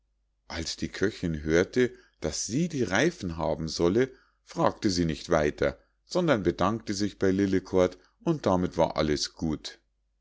als die köchinn hörte daß sie die reifen haben solle fragte sie nicht weiter sondern bedankte sich bei lillekort und damit war alles gut